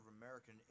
American